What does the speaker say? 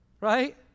Right